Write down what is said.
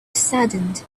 saddened